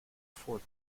fort